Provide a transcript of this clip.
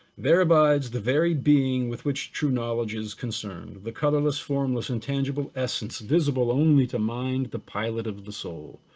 there abides the very being with which true knowledge is concerned. the colorless, formless, intangible essence visible only to mind the pilot of the soul.